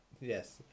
Yes